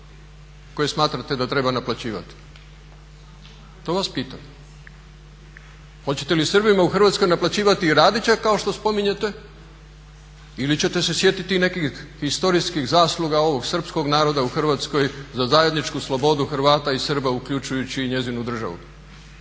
koje smatrate da treba naplaćivati? To vas pitam? Hoćete li Srbima u Hrvatskoj naplaćivati i Radića kao što spominjete ili ćete se sjetiti i nekih historijskih zasluga ovog srpskog naroda u Hrvatskoj za zajedničku slobodu Hrvata i Srba uključujući i njezinu državu?